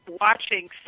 watching